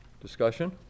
Discussion